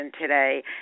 today